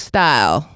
Style